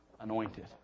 anointed